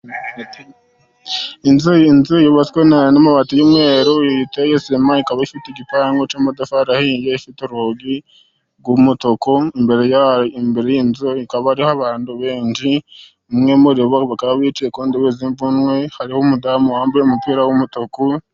Inzu yubatswe n'amabati y'umweru iteye sima, ikaba ifite igipangu cy'amatafari ahiye, ifite urugi rw'umutuku, imbere y'inzu hakaba hariho abantu benshi, umwe muribo akaba bicaye ku ntebe y'imvunwe, hariho umudamu wambaye umupira w'umutuku,